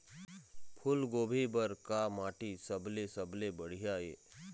फूलगोभी बर का माटी सबले सबले बढ़िया ये?